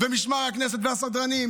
ומשמר הכנסת והסדרנים